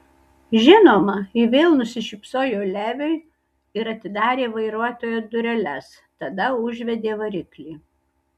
žinoma ji vėl nusišypsojo leviui ir atidarė vairuotojo dureles tada užvedė variklį